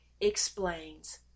explains